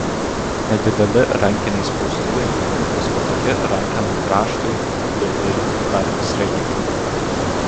nedideli rankiniai spaustuvai bus patogi rankena grąžtui dildei ar sriegikliui